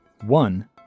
One